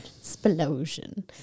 explosion